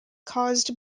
caused